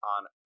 on